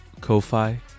Ko-Fi